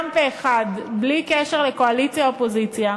כולם פה-אחד, בלי קשר לקואליציה אופוזיציה: